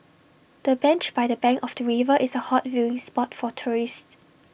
the bench by the bank of the river is A hot viewing spot for tourists